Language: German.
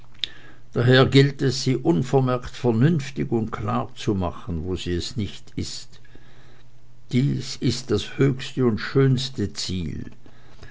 daher gilt es sie unvermerkt vernünftig und klar zu machen wo sie es nicht ist dies ist das höchste und schönste ziel